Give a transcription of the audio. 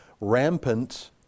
rampant